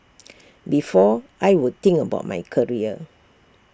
before I would think about my career